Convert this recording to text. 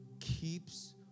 keeps